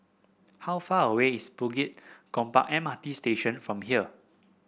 how far away is Bukit Gombak M R T Station from here